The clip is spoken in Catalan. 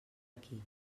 aquí